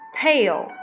pale